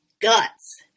Guts